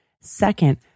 Second